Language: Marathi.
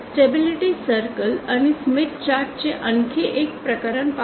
स्टेबिलिटी सर्कल आणि स्मिथ चार्ट चे आणखी एक प्रकरण पाहू